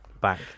back